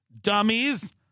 Dummies